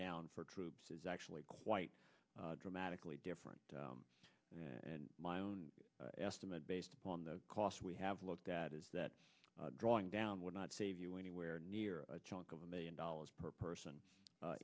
down for troops is actually quite dramatically different and my own estimate based on the cost we have looked at is that drawing down would not save you anywhere near a chunk of a million dollars per person